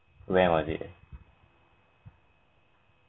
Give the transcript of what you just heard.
when was it